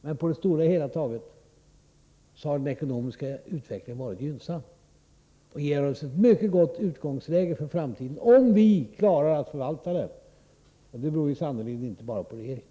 Men på det hela taget har den ekonomiska utvecklingen varit gynnsam och ger oss ett mycket gott utgångsläge inför framtiden, om vi klarar att förvalta det — men det beror sannerligen inte bara på regeringen.